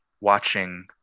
watching